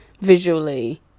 visually